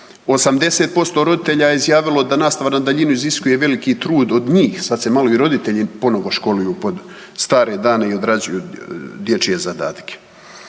80% roditelja je izjavilo da nastava na daljinu iziskuje veliki trud od njih, sad se malo i roditelji ponovo školuju pod stare dane i odrađuju dječje zadatke.